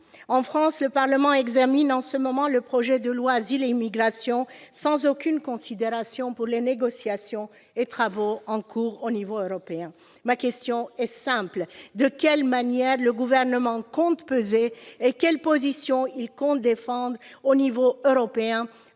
En France, le Parlement examine en ce moment le projet de loi Asile et immigration, sans aucune considération pour les négociations et travaux en cours au niveau européen. Si ! Ma question est simple : de quelle manière le Gouvernement compte-t-il peser ? Quelles positions a-t-il l'intention de défendre au niveau européen,